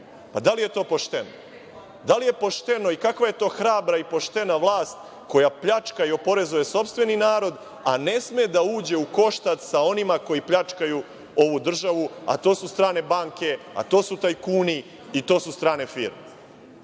Pa, da li je to pošteno? Da li je pošteno i kakva je to hrabra i poštena vlast koja pljačka i oporezuje sopstveni narod, a ne sme da uđe u koštac sa onima koji pljačkaju ovu državu, a to su strane banke, to su tajknu i to su strane firme?